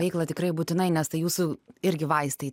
veiklą tikrai būtinai nes tai jūsų irgi vaistai